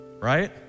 Right